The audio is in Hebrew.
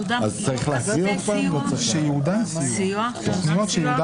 תוכניות שייעודן סיוע.